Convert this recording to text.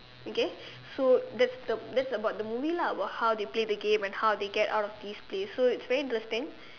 okay so that's the that's about the movie lah about how they play the game and how they get out of this place so it's very interesting